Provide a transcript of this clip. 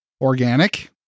organic